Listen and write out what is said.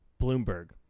Bloomberg